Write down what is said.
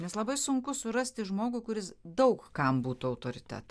nes labai sunku surasti žmogų kuris daug kam būtų autoriteto